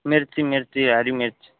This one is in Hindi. मिर्ची मिर्ची हरी मिर्च